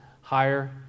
higher